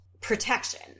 protection